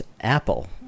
Apple